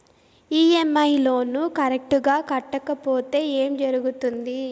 EMI loan correct గా కట్టకపోతే ఏం జరుగుతుంది